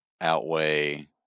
outweigh